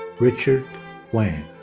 richard wang.